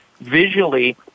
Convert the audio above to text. visually